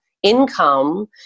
income